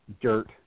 dirt